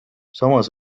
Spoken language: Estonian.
samas